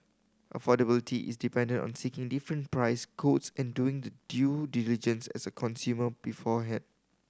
affordability is dependent on seeking different price quotes and doing the due diligence as a consumer beforehand